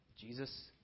Jesus